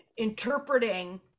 Interpreting